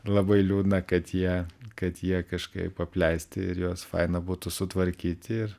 labai liūdna kad jie kad jie kažkaip apleisti ir juos faina būtų sutvarkyti ir